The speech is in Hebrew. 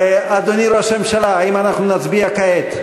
אדוני ראש הממשלה, האם אנחנו נצביע כעת?